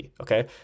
Okay